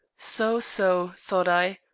so, so, thought i,